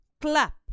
clap